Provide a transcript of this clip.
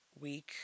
week